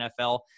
NFL